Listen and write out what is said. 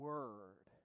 Word